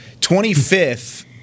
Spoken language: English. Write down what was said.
25th